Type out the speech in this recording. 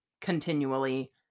continually